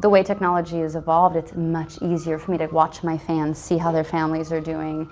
the way technology is evolved it's much easier for me to watch my fans, see how their families are doing,